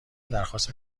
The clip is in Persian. درخواست